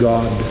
God